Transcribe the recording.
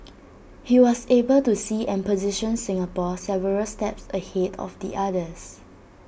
he was able to see and position Singapore several steps ahead of the others